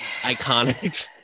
iconic